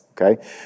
Okay